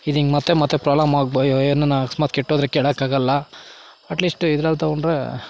ಇದಿಂಗೆ ಮತ್ತೆ ಮತ್ತೆ ಪ್ರಾಬ್ಲಮ್ ಆಗಿ ಏನನಾ ಅಕಸ್ಮಾತ್ ಕೆಟ್ಟೋದ್ರೆ ಕೇಳಕ್ಕಾಗಲ್ಲ ಅಟ್ ಲೀಶ್ಟ್ ಇದ್ರಲ್ಲಿ ತಗೊಂಡ್ರೆ